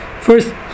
first